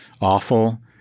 awful